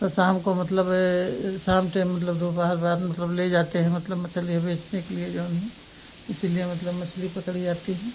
तो शाम को मतलब ए शाम टेम मतलब दोपहर ओपहर में मतलब ले जाते हैं मतलब मछलियाँ बेचने के लिए जऊन है इसीलिए मतलब मछली पकड़ी जाती हैं